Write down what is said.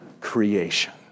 creation